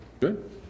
good